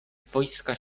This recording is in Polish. wojska